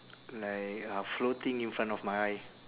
like uh floating in front of my eye